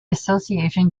association